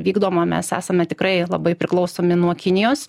vykdoma mes esame tikrai labai priklausomi nuo kinijos